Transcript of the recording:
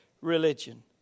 religion